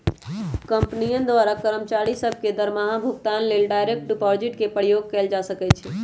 कंपनियों द्वारा कर्मचारि सभ के दरमाहा भुगतान लेल डायरेक्ट डिपाजिट के प्रयोग कएल जा सकै छै